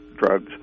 drugs